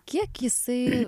kiek jisai